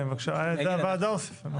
זה הוועדה הוסיפה.